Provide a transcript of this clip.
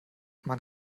man